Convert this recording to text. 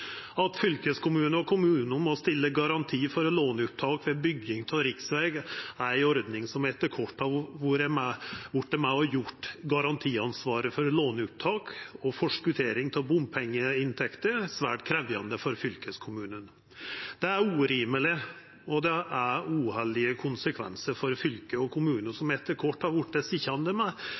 fleire fylkeskommunar no har teke til orde for å få ei endring av. At fylkeskommunane og kommunane må stilla garanti for låneopptak ved bygging av riksvegar, er ei ordning som etter kvart har vore med på å gjera garantiansvaret for låneopptak og forskotering av bompengeinntekter svært krevjande for fylkeskommunane. Det er urimeleg, og det har uheldige konsekvensar for fylke og kommunar, som etter kvart har vorte